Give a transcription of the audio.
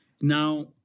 Now